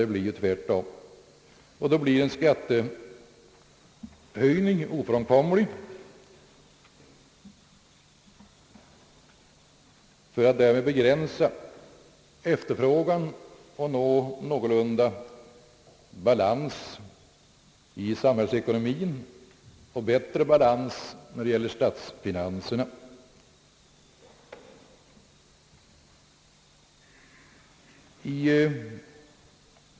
Det blir tvärtom, och då blir en skattehöjning ofrånkomlig som ett medel att begränsa efterfrågan och nå någorlunda balans i samhällsekonomien och bättre balans när det gäller statsfinanserna.